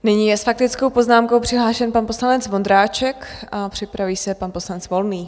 Nyní je s faktickou poznámkou přihlášen pan poslanec Vondráček a připraví se pan poslanec Volný.